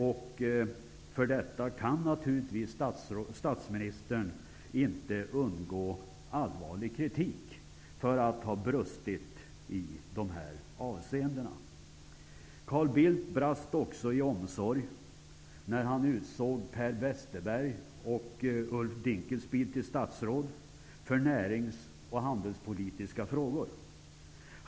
Statsministern kan naturligtvis inte undgå allvarlig kritik för att ha brustit i dessa avseenden. Carl Bildt brast också i omsorg när han utsåg Per Westerberg och Ulf Dinkelspiel till statsråd för närings och handelspolitiska frågor.